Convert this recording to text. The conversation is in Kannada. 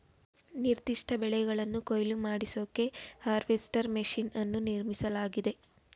ನಿರ್ದಿಷ್ಟ ಬೆಳೆಗಳನ್ನು ಕೊಯ್ಲು ಮಾಡಿಸೋಕೆ ಹಾರ್ವೆಸ್ಟರ್ ಮೆಷಿನ್ ಅನ್ನು ನಿರ್ಮಿಸಲಾಗಿದೆ